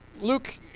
Luke